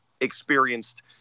experienced